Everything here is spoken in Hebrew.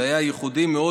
זה היה ייחודי מאוד,